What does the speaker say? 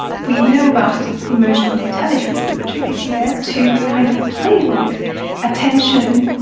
we know about it as emotional intelligence, but the trick is here to kind of play with attention,